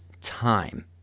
time